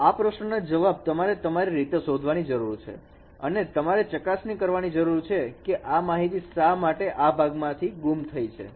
તો આ પ્રશ્નનો જવાબ તમારે તમારી રીતે શોધવાની જરૂર છે અને તમારે ચકાસણી કરવાની જરૂર છે કે આ માહિતી શા માટે આ ભાગ માંથી ગુમ થઈ છે